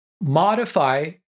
modify